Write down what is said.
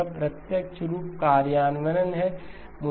यह प्रत्यक्ष रूप कार्यान्वयन है